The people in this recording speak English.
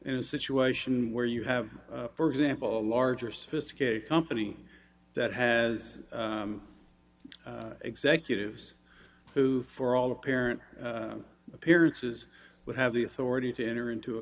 in a situation where you have for example a larger sophisticated company that has executives who for all apparent appearances would have the authority to enter into a